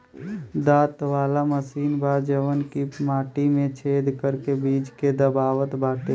दांत वाला मशीन बा जवन की माटी में छेद करके बीज के दबावत बाटे